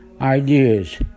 ideas